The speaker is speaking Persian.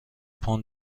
پوند